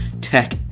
tech